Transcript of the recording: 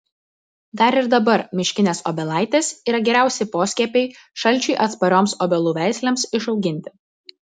dar ir dabar miškinės obelaitės yra geriausi poskiepiai šalčiui atsparioms obelų veislėms išauginti